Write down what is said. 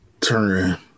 turn